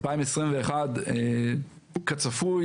ב-2021 כצפוי,